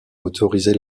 autorisé